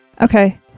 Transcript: Okay